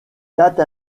dates